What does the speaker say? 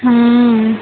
हाँ